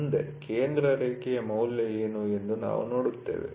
ಮುಂದೆ ಕೇಂದ್ರ ರೇಖೆಯ ಮೌಲ್ಯ ಏನು ಎಂದು ನಾವು ನೋಡುತ್ತೇವೆ